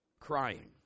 Crying